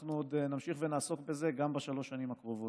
אנחנו עוד נמשיך ונעסוק בזה גם בשלוש השנים הקרובות,